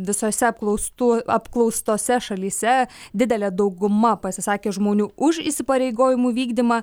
visose apklaustų apklaustose šalyse didelė dauguma pasisakė žmonių už įsipareigojimų vykdymą